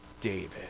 David